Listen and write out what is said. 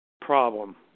problem